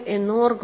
എന്ന് ഓർക്കുക